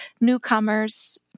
newcomers